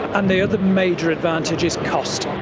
and the other major advantage is cost.